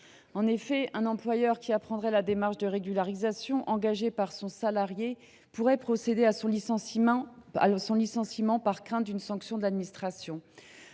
En effet, un employeur qui apprendrait la démarche de régularisation engagée par son salarié pourrait procéder à son licenciement par crainte d’une sanction de la part